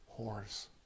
whores